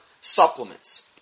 supplements